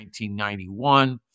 1991